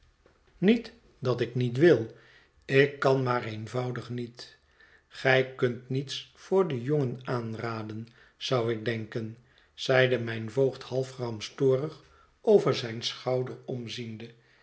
niet dat ik niet wil ik kan maar eenvoudig niet gij kunt niets voor den jongen aanraden zou ik denken zeide mijn voogd half gramstorig over zijn schouder omziende